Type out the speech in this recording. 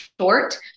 short